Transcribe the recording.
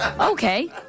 Okay